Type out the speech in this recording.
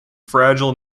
fragile